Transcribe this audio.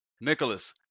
Nicholas